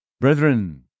Brethren